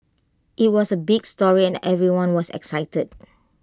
IT was A big story and everyone was excited